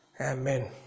amen